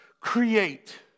create